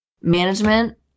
Management